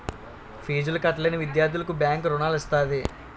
ఫీజులు కట్టలేని విద్యార్థులకు బ్యాంకు రుణాలు ఇస్తది